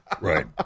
Right